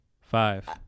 Five